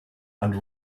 and